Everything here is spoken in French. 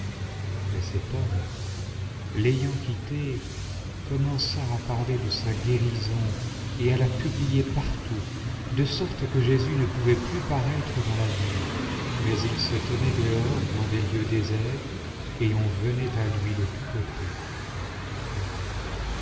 mais cet homme l ayant quitté commença à parler de sa guérison et à la publier partout de sorte que jésus ne pouvait plus paraître dans la ville mais il se tenait dehors dans des lieux déserts et on venait à lui de tous côtés